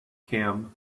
kim